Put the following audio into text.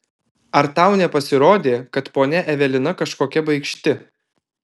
ar tau nepasirodė kad ponia evelina kažkokia baikšti